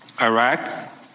Iraq